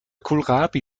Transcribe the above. kohlrabi